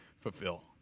fulfill